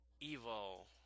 evil